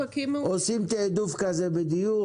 עושים תיעדוף כזה בדיור,